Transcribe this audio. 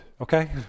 okay